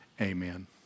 amen